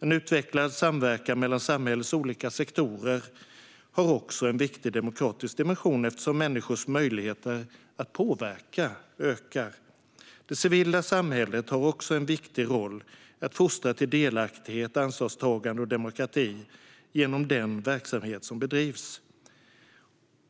En utvecklad samverkan mellan samhällets olika sektorer har också en viktig demokratisk dimension eftersom människors möjligheter att påverka ökar. Det civila samhället har också en viktig roll att fostra till delaktighet, ansvarstagande och demokrati genom den verksamhet som bedrivs.